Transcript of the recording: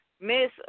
Miss